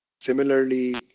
Similarly